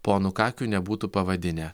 ponu kakiu nebūtų pavadinę